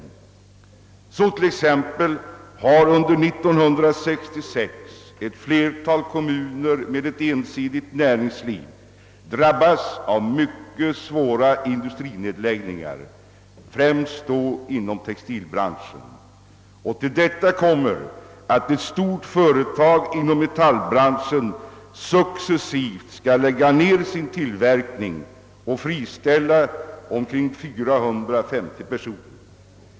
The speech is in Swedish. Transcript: Där har t.ex. ett flertal kommuner med ensidigt näringsliv under 1966 drabbats av många svåra industrinedläggningar, främst inom textilbranschen. Till detta kommer sedan att ett stort företag inom metallindustrien successivt skall lägga ned sin tillverkning och friställa omkring 450 personer.